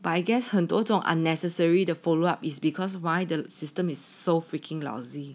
but I guess 很多种 unnecessary 的 follow up is because why the system is so freaking lousy